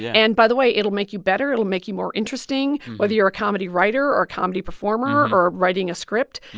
and by the way, it'll make you better, it'll make you more interesting, whether you're a comedy writer or comedy performer or writing a script.